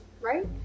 right